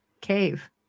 cave